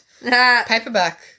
paperback